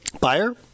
Buyer